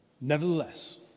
Nevertheless